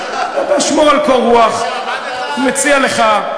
תשמור על קור רוח, אני מציע לך.